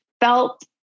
felt